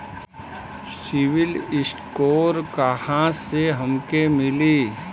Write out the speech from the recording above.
CIBIL score कहाँसे हमके मिली?